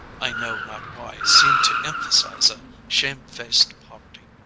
i know not why, seemed to empha size a shame-faced poverty.